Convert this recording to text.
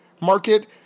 market